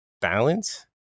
balance